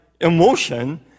emotion